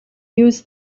use